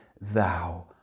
thou